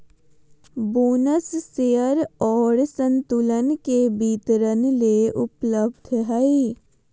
bonus share और संतुलन के वितरण ले उपलब्ध हइ